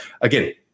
again